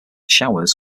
showers